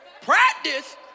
Practice